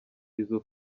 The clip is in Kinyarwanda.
izo